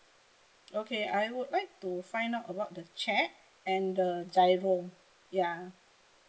okay I would like to find out about the cheque and the G_I_R_O ya